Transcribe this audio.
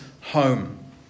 home